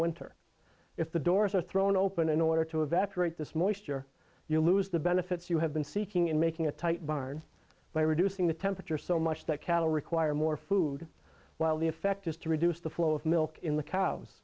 winter if the doors are thrown open in order to evaporate this more easter you'll lose the benefits you have been seeking in making a tight barn by reducing the temperature so much that cattle require more food while the effect is to reduce the flow of milk in the cows